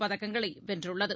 பதக்கங்களை வென்றுள்ளது